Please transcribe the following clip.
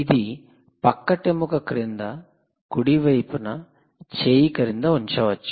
ఇది పక్కటెముక క్రింద కుడి వైపున చేయి క్రింద ఉంచవచ్చు